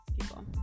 people